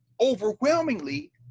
overwhelmingly